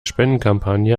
spendenkampagne